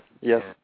Yes